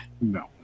No